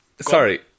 sorry